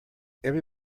every